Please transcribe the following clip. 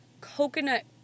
coconut